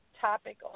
topic